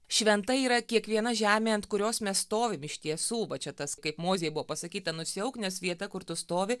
šventa yra kiekviena žemė ant kurios mes stovim iš tiesų va čia tas kaip mozei buvo pasakyta nusiauk nes vieta kur tu stovi